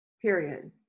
Period